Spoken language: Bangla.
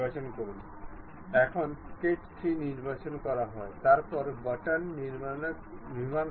সুতরাং উভয়ই একে অপরের থেকে স্বাধীন